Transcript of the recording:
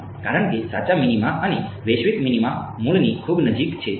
કારણ કે સાચા મિનિમા અને વૈશ્વિક મિનિમા મૂળની ખૂબ નજીક છે